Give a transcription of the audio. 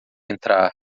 entrar